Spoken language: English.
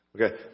Okay